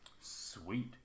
sweet